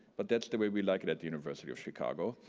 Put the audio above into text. but that's the way we like it at the university of chicago.